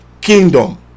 kingdom